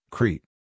Crete